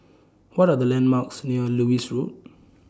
What Are The landmarks near Lewis Road